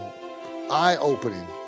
eye-opening